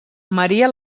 maria